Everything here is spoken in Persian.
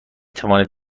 توانید